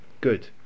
Good